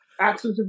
access